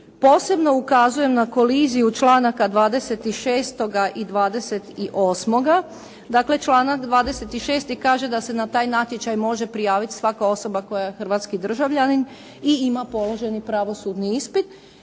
Posebno ukazujem na koliziju članaka 26. i 28. Dakle, članak 26. kaže da se na taj natječaj može prijaviti svaka osoba koja je hrvatski državljanin i ima položeni pravosudni ispit.